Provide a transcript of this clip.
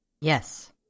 Yes